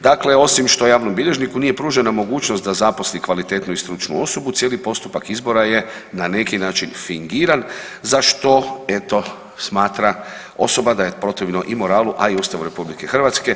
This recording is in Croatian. Dakle, osim što javnom bilježniku nije pružena mogućnost da zaposli kvalitetnu i stručnu osobu cijeli postupak izbora je na neki način fingiran za što eto smatra osoba da je protivno i moralu, a i Ustavu RH.